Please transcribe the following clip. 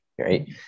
right